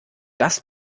das